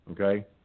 okay